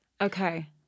Okay